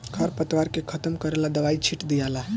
खर पतवार के खत्म करेला दवाई छिट दियाला